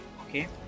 okay